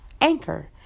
Anchor